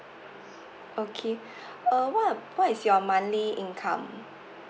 okay err what are what is your monthly income